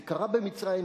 זה קרה במצרים,